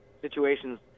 situations